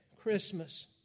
Christmas